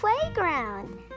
playground